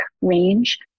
range